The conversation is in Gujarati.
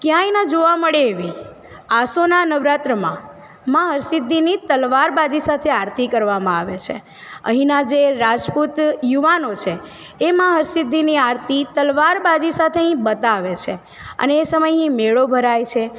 ક્યાંય ન જોવા મળે એવી આસોના નવરાત્રમાં માં હરસિધ્ધિની તલવાર બાજી સાથે આરતી કરવામાં આવે છે અહીંયાના જે રાજપૂત યુવાનો છે એ માં હરસિદ્ધિની આરતી તલવાર બાજી સાથે અહીં બતાવે છે અને એ સમયે મેળો ભરાય છે